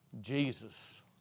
Jesus